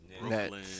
Brooklyn